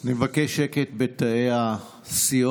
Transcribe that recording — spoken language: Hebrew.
צה"ל, אני מבקש שקט בתאי הסיעות.